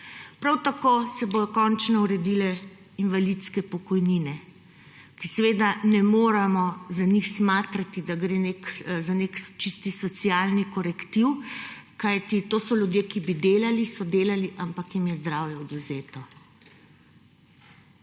Prav tako se bodo končno uredile invalidske pokojnine, seveda ne moremo za njih smatrati, da gre za nek čisti socialni korektiv, kajti to so ljudje, ki bi delali, so delali, ampak jim je zdravje odvzeto.